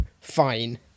fine